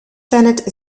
senate